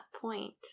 point